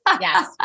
Yes